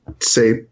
say